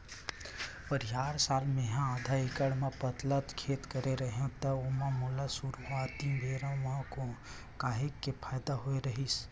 परिहार साल मेहा आधा एकड़ म पताल खेती करे रेहेव त ओमा मोला सुरुवाती बेरा म तो काहेच के फायदा होय रहिस